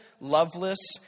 loveless